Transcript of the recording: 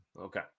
Okay